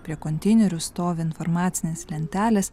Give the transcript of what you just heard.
prie konteinerių stovi informacinės lentelės